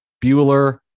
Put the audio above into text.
Bueller